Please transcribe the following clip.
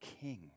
king